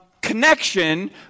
connection